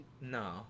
No